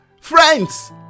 Friends